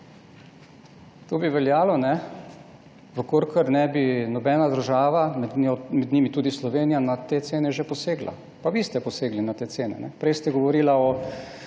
To bi veljalo, če ne bi nobena država, med njimi tudi Slovenija, na te cene že posegla. Pa vi ste posegli na te cene. Prej ste govorili,